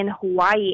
Hawaii